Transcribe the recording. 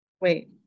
Wait